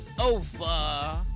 over